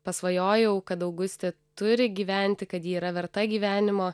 pasvajojau kad augustė turi gyventi kad ji yra verta gyvenimo